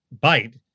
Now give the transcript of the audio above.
bite